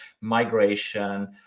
migration